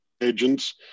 agents